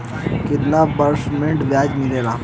कितना परसेंट ब्याज मिलेला?